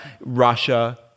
Russia